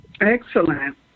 Excellent